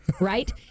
right